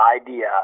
idea